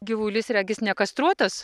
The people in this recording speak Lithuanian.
gyvulys regis nekastruotas